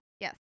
Yes